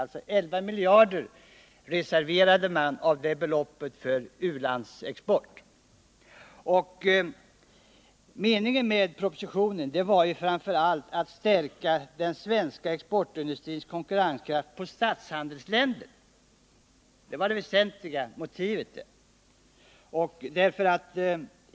11 miljarder av beloppet reserverades alltså för u-landsexport. Meningen med propositionen var framför allt att stärka den svenska exportindustrins konkurrenskraft på statshandelsländer. Det var det väsentliga motivet.